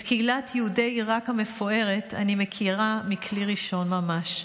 את קהילת יהדות עיראק המפוארת אני מכירה מכלי ראשון ממש: